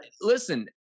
listen